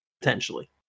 Potentially